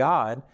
God